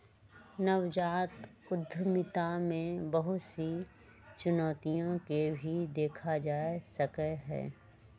नवजात उद्यमिता में बहुत सी चुनौतियन के भी देखा जा सका हई